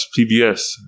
PBS